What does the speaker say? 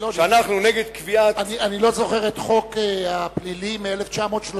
שאנחנו נגד קביעת אני לא זוכר את החוק הפלילי מ-1936,